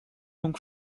donc